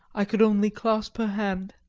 i could only clasp her hand.